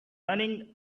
running